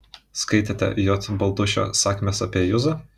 skaitėte j baltušio sakmės apie juzą